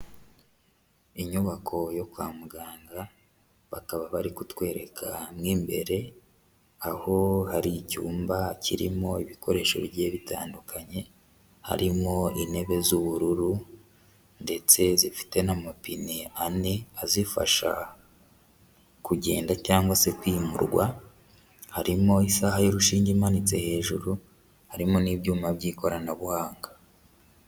Inyubako yo kwa muganga, bakaba bari kutwereka mu imbere, aho hari icyumba kirimo ibikoresho bigiye bitandukanye, harimo intebe z'ubururu ndetse zifite n'amapine ane azifasha kugenda cyangwase kwimurwa, harimo isaha y'urushinge imanitse hejuru, harimo n'ibyuma by'ikoranabuhanga.